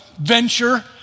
venture